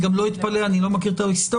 אני לא מכיר את ההיסטוריה.